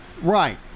Right